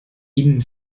innen